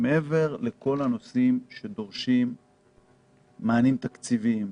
מעבר לכל הנושאים שדורשים מענים תקציביים,